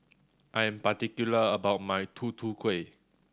I am particular about my Tutu Kueh